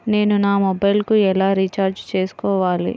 నేను నా మొబైల్కు ఎలా రీఛార్జ్ చేసుకోవాలి?